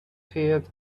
appeared